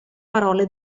parole